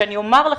שאני אומר לכם,